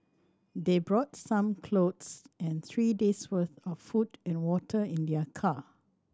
they brought some clothes and three days' worth of food and water in their car